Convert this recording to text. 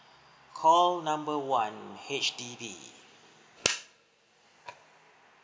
call number one H_D_B